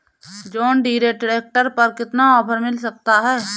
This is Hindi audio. जॉन डीरे ट्रैक्टर पर कितना ऑफर मिल सकता है?